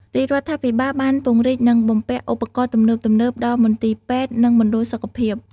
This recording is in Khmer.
រាជរដ្ឋាភិបាលបានពង្រីកនិងបំពាក់ឧបករណ៍ទំនើបៗដល់មន្ទីរពេទ្យនិងមណ្ឌលសុខភាព។